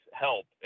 help